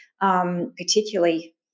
particularly